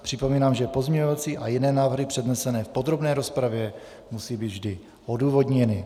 Připomínám, že pozměňovací a jiné návrhy přednesené v podrobné rozpravě musí být vždy odůvodněny.